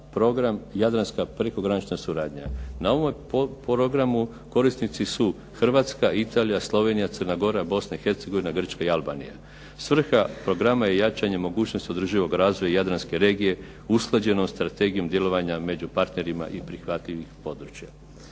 program Jadranska prekogranična suradnja. Na ovome programe korisnici su Hrvatska, Italija, Slovenija, Crna Gora, Bosna i Hercegovina, Grčka i Albanija. Svrha programa je jačanje mogućnosti održivog razvoja Jadranske regije usklađeno sa Strategijom djelovanja među partnerima i prihvatljivih područja.